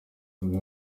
rwo